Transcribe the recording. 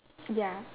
ya